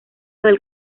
del